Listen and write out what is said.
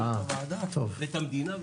הוא חייב לפעול לפי הרבנות הראשית,